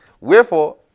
Wherefore